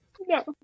No